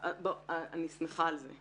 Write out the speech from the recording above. אוקיי, אני שמחה על זה.